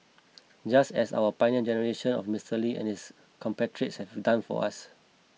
just as our Pioneer Generation of Mister Lee and his compatriots have done for us